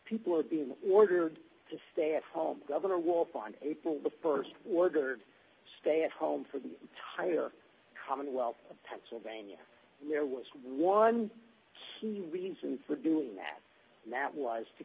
people are being ordered to stay at home governor wolf on april the st ordered stay at home for the tire commonwealth of pennsylvania there was one reason for doing that and that was to